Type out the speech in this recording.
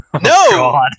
No